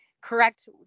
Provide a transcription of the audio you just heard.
correct